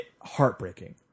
heartbreaking